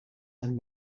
and